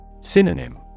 Synonym